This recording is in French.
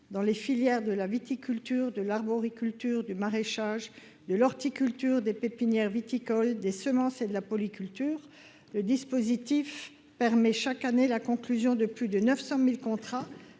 dans les filières de la viticulture, de l'arboriculture, du maraîchage, de l'horticulture, des pépinières viticoles, des semences et de la polyculture, le dispositif permet, chaque année, la conclusion de plus de 900 000 contrats